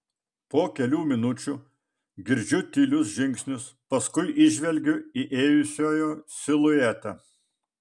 po kelių minučių girdžiu tylius žingsnius paskui įžvelgiu įėjusiojo siluetą